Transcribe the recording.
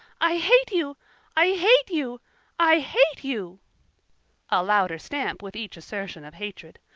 i hate you i hate you i hate you a louder stamp with each assertion of hatred.